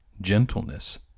gentleness